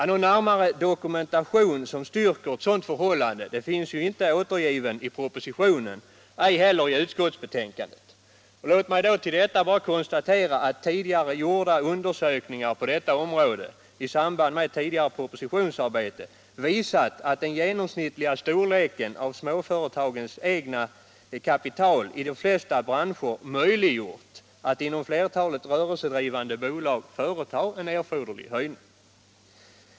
Någon närmare dokumentation som styrker ett sådant förhållande finns inte återgiven i propositionen, ej heller i utskottsbetänkandet. Låt mig till detta konstatera att tidigare gjorda undersökningar på området visat att den genomsnittliga storleken av småföretagens egna kapital i de flesta branscher gjort det möjligt att inom flertalet rörelsedrivande bolag företa en erforderlig höjning.